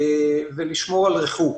ולשמור על ריחוק.